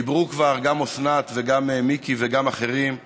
דיברו כבר, גם אוסנת וגם מיקי וגם אחרים,